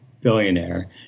billionaire